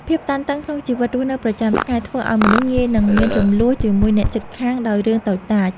ភាពតានតឹងក្នុងជីវិតរស់នៅប្រចាំថ្ងៃធ្វើឱ្យមនុស្សងាយនឹងមានជម្លោះជាមួយអ្នកជិតខាងដោយរឿងតូចតាច។